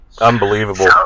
Unbelievable